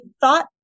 thought